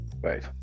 Right